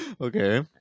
Okay